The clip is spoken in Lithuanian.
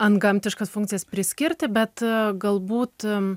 antgamtiškas funkcijas priskirti bet galbūt